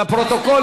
לפרוטוקול,